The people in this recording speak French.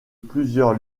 plusieurs